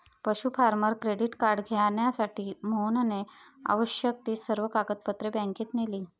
पशु farmer credit card घेण्यासाठी मोहनने आवश्यक ती सर्व कागदपत्रे बँकेत नेली